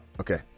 Okay